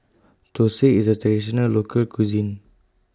Thosai IS A Traditional Local Cuisine